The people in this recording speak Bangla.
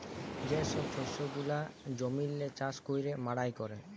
যে ছব শস্য গুলা জমিল্লে চাষ ক্যইরে মাড়াই ক্যরে